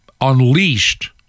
unleashed